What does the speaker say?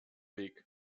weg